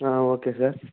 okay sir